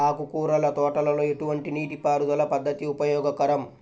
ఆకుకూరల తోటలలో ఎటువంటి నీటిపారుదల పద్దతి ఉపయోగకరం?